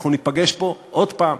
אנחנו ניפגש פה עוד פעם,